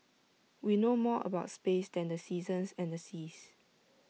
we know more about space than the seasons and the seas